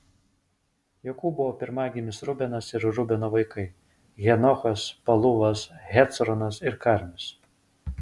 jokūbo pirmagimis rubenas ir rubeno vaikai henochas paluvas hecronas ir karmis